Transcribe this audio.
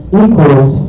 equals